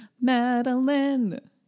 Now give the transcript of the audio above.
Madeline